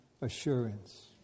assurance